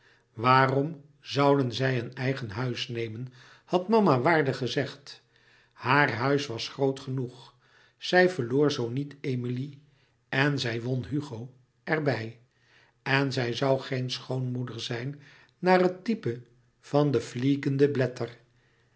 waarom zouden zij een eigen huis nemen had mama waardig gezegd haar huis was groot genoeg zij verloor zoo niet emilie en zij won hugo er bij en zij zoû geen schoonmoeder zijn naar het type van de fliegende blätter